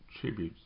tributes